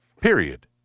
Period